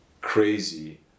crazy